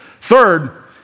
Third